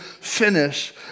finish